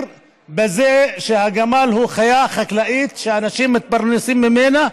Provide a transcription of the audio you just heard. בזה שהגמל הוא חיה חקלאית שאנשים מתפרנסים ממנה.